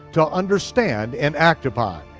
to understand and act upon.